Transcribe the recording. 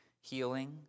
healing